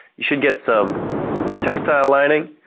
you should get some textile lining.